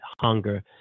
hunger